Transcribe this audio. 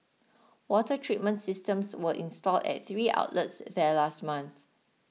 water treatment systems were installed at three outlets there last month